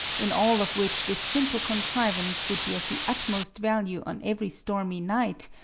in all of which this simple contrivance would be of the utmost value on every stormy night,